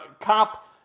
Cop